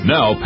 Now